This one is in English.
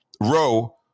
row